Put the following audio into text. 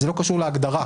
זה לא קשור להגדרה.